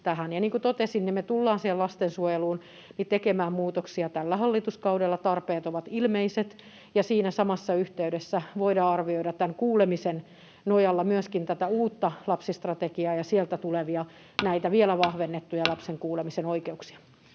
kuin totesin, me tullaan lastensuojeluun tekemään muutoksia tällä hallituskaudella. Tarpeet ovat ilmeiset. Ja siinä samassa yhteydessä voidaan arvioida tämän kuulemisen nojalla myöskin tätä uutta lapsistrategiaa ja sieltä tulevia, vielä vahvennettuja lapsen kuulemisen oikeuksia.